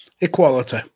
Equality